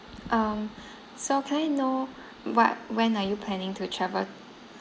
um so can I know what when are you planning to travel